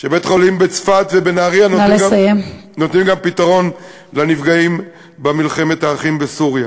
שבתי-החולים בצפת ובנהריה נותנים גם פתרון לנפגעים במלחמת האחים בסוריה.